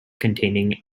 containing